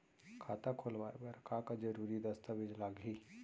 खाता खोलवाय बर का का जरूरी दस्तावेज लागही?